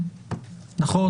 אגב,